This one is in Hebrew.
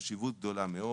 חשיבות גדולה מאוד.